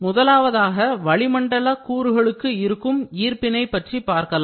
முதலாவதாக வளிமண்டல கூறுகளுக்கு இருக்கும் ஈர்ப்பினை பற்றி காணலாம்